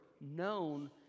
known